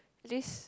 this